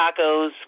tacos